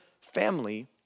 family